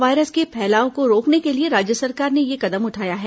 corona virus के फैलाव को रोकने के लिए राज्य सरकार ने यह कदम उठाया है